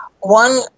one